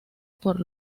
por